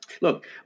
look